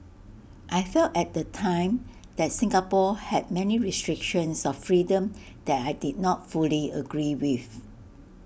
I felt at the time that Singapore had many restrictions on freedom that I did not fully agree with